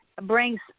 brings